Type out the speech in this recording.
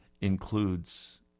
includes